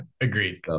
Agreed